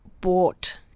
bought